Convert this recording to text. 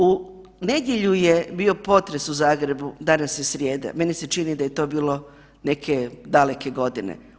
U nedjelju je bio potres u Zagrebu, danas je srijeda, meni se čini da je to bilo neke daleke godine.